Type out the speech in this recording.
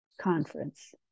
Conference